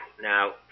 Now